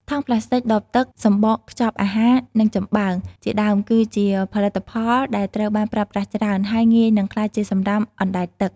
ថង់ប្លាស្ទិក ដបទឹក សម្បកខ្ចប់អាហារ និងចំបើង ជាដើម គឺជាផលិតផលដែលត្រូវបានប្រើប្រាស់ច្រើន ហើយងាយនឹងក្លាយជាសំរាមអណ្តែតទឹក។